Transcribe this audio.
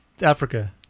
Africa